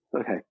Okay